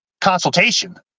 consultation